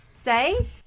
say